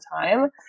time